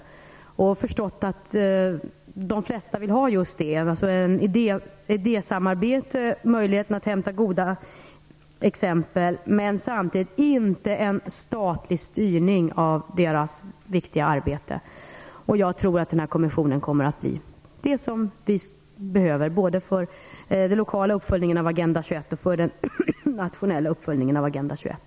Jag har förstått att de flesta vill ha ett idésamarbete, möjligheten att hämta goda exempel, men samtidigt inte en statlig styrning av deras viktiga arbete. Jag tror att kommissionen kommer att bli det vi behöver, både för den lokala och den nationella uppföljningen av Agenda 21.